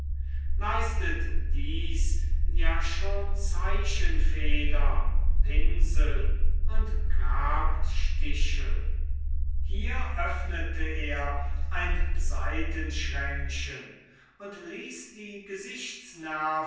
leistet dies ja schon zeichenfeder pinsel und grabstichel hier öffnete er ein seitenschränkchen und ließ die